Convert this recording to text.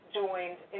joined